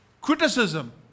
criticism